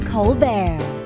Colbert